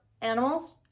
animals